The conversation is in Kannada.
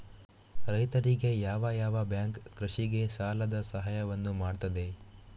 ರೈತರಿಗೆ ಯಾವ ಯಾವ ಬ್ಯಾಂಕ್ ಕೃಷಿಗೆ ಸಾಲದ ಸಹಾಯವನ್ನು ಮಾಡ್ತದೆ?